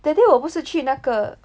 that day 我不是去那个